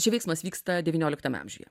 čia veiksmas vyksta devynioliktame amžiuje